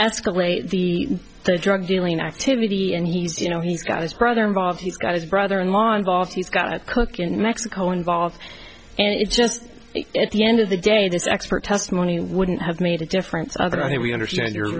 escalate the drug dealing activity and he's you know he's got his brother involved he's got his brother in law involved he's got a cook in mexico involved and it's just at the end of the day this expert testimony wouldn't have made a difference other than that we understand your